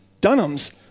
Dunham's